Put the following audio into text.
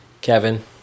Kevin